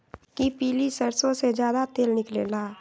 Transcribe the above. कि पीली सरसों से ज्यादा तेल निकले ला?